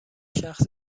شخص